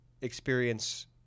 experience